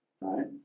right